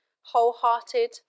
Wholehearted